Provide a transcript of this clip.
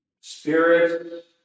spirits